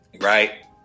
right